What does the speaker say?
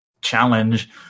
challenge